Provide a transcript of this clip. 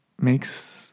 makes